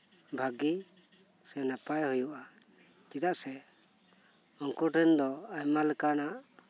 ᱵᱷᱟᱜᱤ ᱥᱮ ᱱᱟᱯᱟᱭ ᱦᱩᱭᱩᱜᱼᱟ ᱪᱮᱫᱟᱜ ᱥᱮ ᱩᱱᱠᱩᱴᱷᱮᱱ ᱫᱚ ᱟᱭᱢᱟ ᱞᱮᱠᱟᱱᱟᱜ